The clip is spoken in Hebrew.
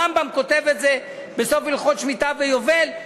הרמב"ם כותב את זה בסוף הלכות שמיטה ויובל.